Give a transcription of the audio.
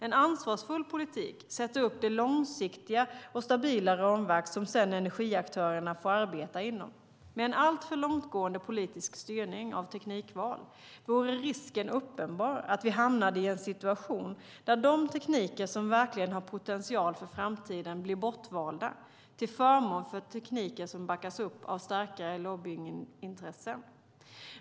En ansvarsfull politik sätter upp det långsiktiga och stabila ramverk som sedan energiaktörerna får arbeta inom. Med en alltför långtgående politisk styrning av teknikval vore risken uppenbar att vi hamnade i en situation där de tekniker som verkligen har potential för framtiden blir bortvalda, till förmån för tekniker som backas upp av starkare lobbyingintressen.